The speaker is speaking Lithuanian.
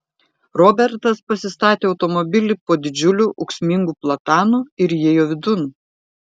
robertas pasistatė automobilį po didžiuliu ūksmingu platanu ir įėjo vidun